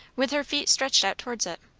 with her feet stretched out towards it.